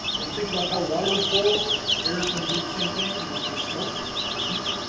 and think about how water would flow air is gonna do the same thing in this case smoke and heat